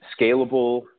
scalable